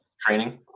Training